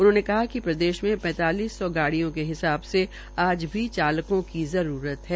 उन्होंने कहा कि प्रदेश मे पैंतालिस सौ गाडिय़ों के हिसाब से आज भी चालकों की जरूरत है